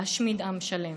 להשמיד עם שלם.